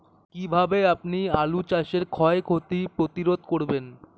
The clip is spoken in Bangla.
কীভাবে আপনি আলু চাষের ক্ষয় ক্ষতি প্রতিরোধ করেন?